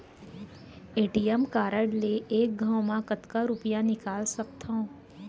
ATM card ले एक घव म कतका रुपिया निकाल सकथव?